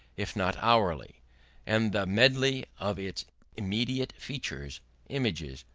if not hourly and the medley of its immediate features images,